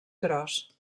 gros